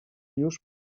już